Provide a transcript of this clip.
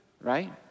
right